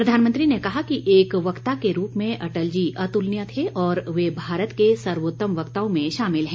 प्रधानमंत्री ने कहा कि एक वक्ता के रूप में अटल जी अतुलनीय थे और वह भारत के सर्वोत्तम वक्ताओं में शामिल हैं